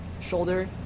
shoulder